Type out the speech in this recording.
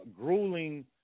grueling